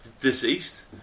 deceased